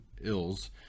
ills